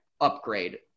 upgrade